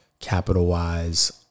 CapitalWise